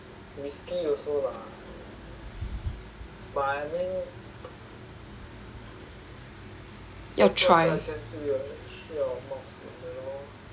要 try lor